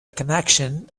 connection